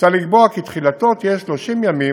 מוצע לקבוע כי תחילתו תהיה 30 ימים